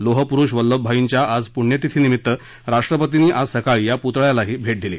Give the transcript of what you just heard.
लोहपुरुष वल्लभाईंच्या आज पुण्यतिथीनिमित्त राष्ट्रपतींनी आज सकाळी या पुतळ्यालाही भेट दिली